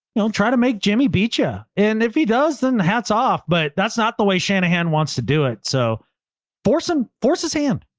don't try to make jimmy beat ya. and if he does then hats off, but that's not the way shanahan wants to do it. so for some forced his hand,